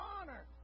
honor